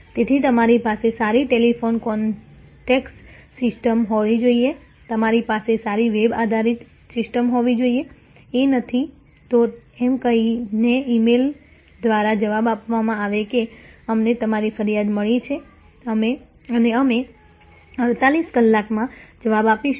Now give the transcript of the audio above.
તેથી તમારી પાસે સારી ટેલિફોન કોન્ટેક્ટ સિસ્ટમ હોવી જોઈએ તમારી પાસે સારી વેબ આધારિત સિસ્ટમ હોવી જોઈએ એ નથી તો એમ કહીને ઈમેલ દ્વારા જવાબ આપવામાં આવે કે અમને તમારી ફરિયાદ મળી છે અને અમે 48 કલાકમાં જવાબ આપીશું